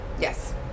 Yes